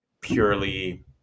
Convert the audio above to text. purely